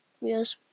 Yes